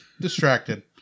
distracted